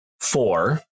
Four